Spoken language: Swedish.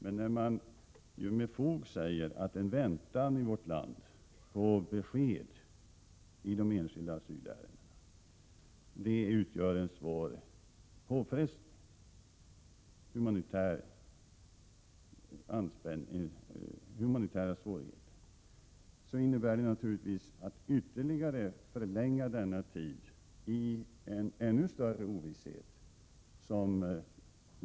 Det brukar dock med fog sägas att en väntan i vårt land på besked i det enskilda asylärendet humanitärt sett utgör en svår påfrestning. Livet i ett gömsle någonstans innebär naturligtvis en ytterligare förlängning av denna tid, under ännu större ovisshet.